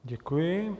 Děkuji.